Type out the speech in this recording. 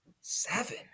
Seven